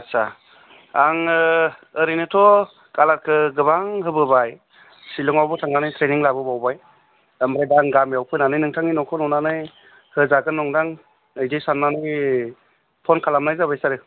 आदसा आङो ओरैनोथ' कालारखौ गोबां होबोबाय सिलङावबो थांनानै ट्रेनिं लाबोबावबाय ओमफ्राय दा आं गामियाव फैनानै नोंथांनि न'खौ नुनानै होजागोन नंदों बिदि सान्नानै फन खालामनाय जाबाय सार